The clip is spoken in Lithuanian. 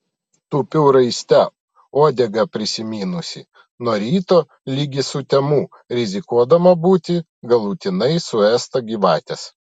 tupiu raiste uodegą prisimynusi nuo ryto ligi sutemų rizikuodama būti galutinai suėsta gyvatės